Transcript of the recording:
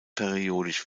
periodisch